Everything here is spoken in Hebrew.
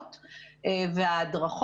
מה זה 'נדרשים, מחויבים', ואם לא אז?